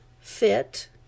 fit